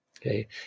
Okay